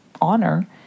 honor